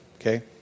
okay